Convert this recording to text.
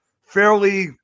fairly